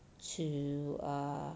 to err